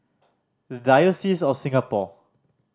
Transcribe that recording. The Diocese of Singapore